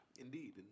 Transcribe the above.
Indeed